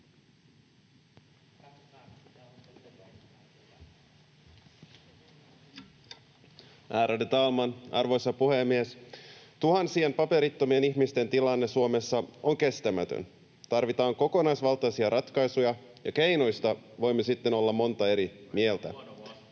arvoisa puhemies! Tuhansien paperittomien ihmisten tilanne Suomessa on kestämätön. Tarvitaan kokonaisvaltaisia ratkaisuja, ja keinoista voimme sitten olla monta eri mieltä.